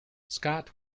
scott